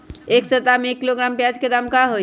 एक सप्ताह में एक किलोग्राम प्याज के दाम का होई?